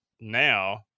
now